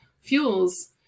fuels